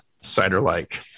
cider-like